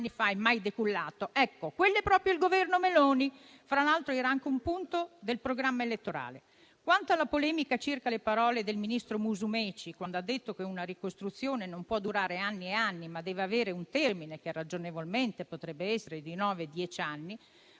non è mai decollato), quello è proprio il Governo Meloni. Ricordo, fra l'altro, che era anche un punto del programma elettorale. Quanto alla polemica circa le parole del ministro Musumeci, che ha detto che una ricostruzione non può durare anni e anni, ma deve avere un termine, che ragionevolmente potrebbe essere di nove-dieci anni,